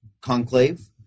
conclave